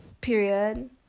period